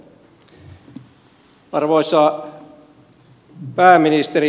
arvoisa pääministeri